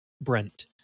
Brent